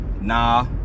Nah